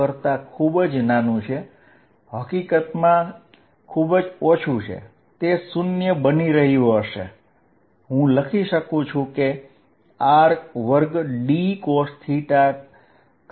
કારણ કે તેમની વચ્ચેનું અંતર ખૂબ ઓછું છે હું લગભગ એક સામાન્ય કેન્દ્ર લઈ શકું છું અને હું આ વોલ્યુમમાં ચાર્જની ગણતરી કરવા માંગું છું